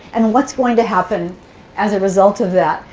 and what's going to happen as a result of that?